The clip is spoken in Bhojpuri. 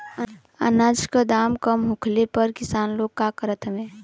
अनाज क दाम कम होखले पर किसान लोग का करत हवे?